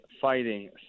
fighting